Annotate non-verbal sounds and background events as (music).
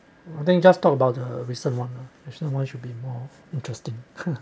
then you just talk about the recent one lah recent one should be more interesting (laughs)